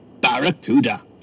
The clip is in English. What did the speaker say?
Barracuda